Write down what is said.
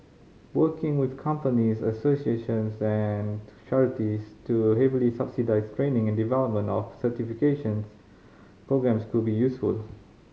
working with companies associations and charities to heavily subsidise training and development of certifications programmes could be useful